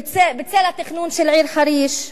בצל התכנון של העיר חריש,